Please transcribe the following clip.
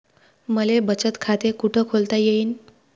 मले बचत खाते कुठ खोलता येईन?